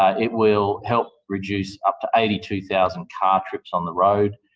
it will help reduce up to eighty two thousand car trips on the road,